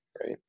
right